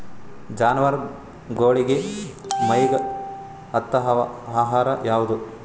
ಜಾನವಾರಗೊಳಿಗಿ ಮೈಗ್ ಹತ್ತ ಆಹಾರ ಯಾವುದು?